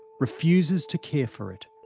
refuses to care for it,